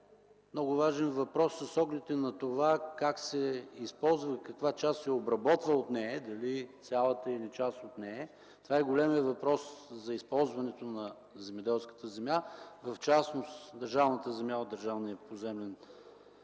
много важен въпрос с оглед и на това как се използва, каква част се обработва от нея – дали цялата, или част от нея? Това е големият въпрос за използването на земеделската земя, а в частност държавната земя от Държавния поземлен фонд.